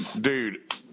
Dude